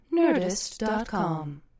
Nerdist.com